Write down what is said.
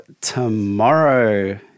tomorrow